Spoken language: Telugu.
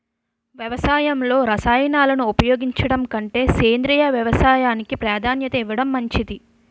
వ్యవసాయంలో రసాయనాలను ఉపయోగించడం కంటే సేంద్రియ వ్యవసాయానికి ప్రాధాన్యత ఇవ్వడం మంచిది